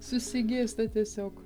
susigėsta tiesiog